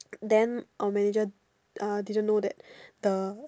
then our manager uh didn't know that the